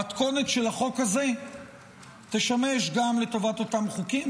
המתכונת של החוק הזה תשמש גם לטובת אותם חוקים,